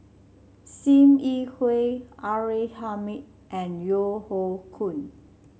Sim Yi Hui R A Hamid and Yeo Hoe Koon